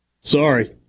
Sorry